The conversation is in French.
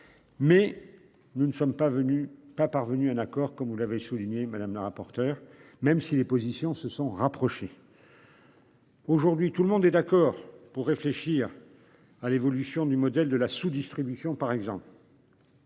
Mais. Nous ne sommes pas venus pas parvenus à un accord, comme vous l'avez souligné madame la rapporteure. Même si les positions se sont rapprochées. Aujourd'hui tout le monde est d'accord pour réfléchir. À l'évolution du modèle de la sous-distribution par exemple.